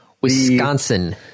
wisconsin